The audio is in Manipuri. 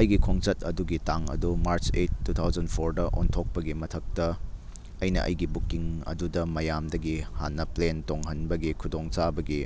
ꯑꯩꯒꯤ ꯈꯣꯡꯆꯠ ꯑꯗꯨꯒꯤ ꯇꯥꯡ ꯑꯗꯨ ꯃꯥꯔꯁ ꯑꯦꯠ ꯇꯨ ꯊꯥꯎꯖꯟ ꯐꯣꯔꯗ ꯑꯣꯟꯊꯣꯛꯄꯒꯤ ꯃꯊꯛꯇ ꯑꯩꯅ ꯑꯩꯒꯤ ꯕꯨꯛꯀꯤꯡ ꯑꯗꯨꯗ ꯃꯌꯥꯝꯗꯒꯤ ꯍꯥꯟꯅ ꯄ꯭ꯂꯦꯟ ꯇꯣꯡꯍꯟꯕꯒꯤ ꯈꯨꯗꯣꯡꯆꯥꯕꯒꯤ